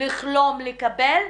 לחלום לקבל